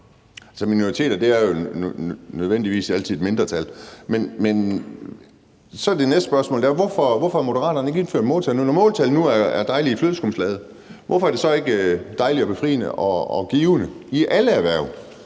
minoriteter er jo nødvendigvis altid et mindretal. Men så er der det næste spørgsmål, nemlig hvorfor Moderaterne, når måltal nu er dejlige i flødeskumslaget, så ikke også synes, det er dejlig befriende og givende i alle erhverv.